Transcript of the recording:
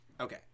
Okay